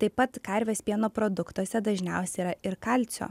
taip pat karvės pieno produktuose dažniausiai yra ir kalcio